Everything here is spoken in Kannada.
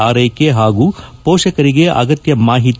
ಆರೈಕೆ ಹಾಗೂ ಪೋಷಕರಿಗೆ ಅಗತ್ತ ಮಾಹಿತಿ